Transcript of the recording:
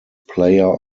player